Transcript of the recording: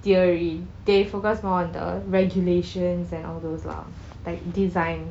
theory they focus more on the regulations and all those lah like design